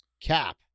cap